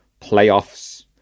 playoffs